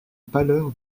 pâleur